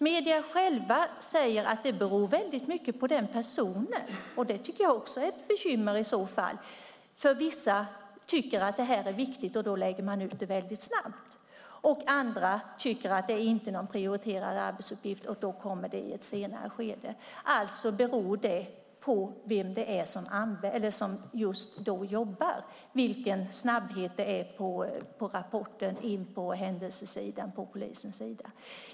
Medierna själva säger att det beror mycket på vilken person som gör detta. Det är i så fall också ett bekymmer. Vissa tycker att detta är viktigt, och lägger ut det snabbt. Andra tycker att det inte är någon prioriterad arbetsuppgift, och då kommer det i ett senare skede. Alltså beror det på den som just då jobbar hur snabbt rapporten kommer in på polisens händelsesida.